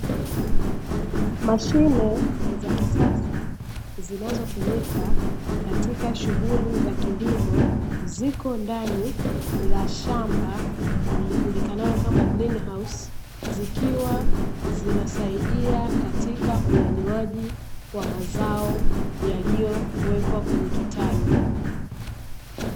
Mashine za kisasa, zinazotumika katika shughuli za kilimo ziko ndani ya shamba lijulikanalo kama "Green house " zikiwa zinasaidia katika unyanyuaji wa mazao yaliyowekwa kwenye kitalu.